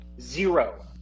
Zero